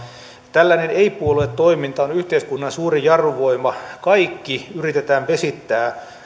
tällainen ei puolue toiminta on yhteiskunnan suuri jarruvoima kaikki yritetään vesittää